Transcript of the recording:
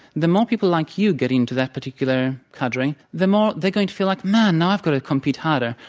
the more people like you get into that particular cadre, the more they're going to feel like, man, now i've got to compete harder.